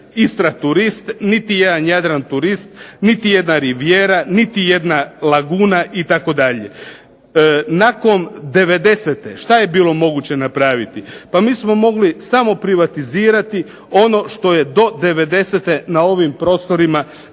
Istra turist, niti jedan Jadran turist, nit jedna Rivijera, niti jedna Laguna itd. Nakon '90. šta je bilo moguće napraviti? Pa mi smo mogli samo privatizirati ono što je do '90. na ovim prostorima bilo